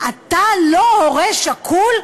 אתה לא הורה שכול,